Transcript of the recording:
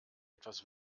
etwas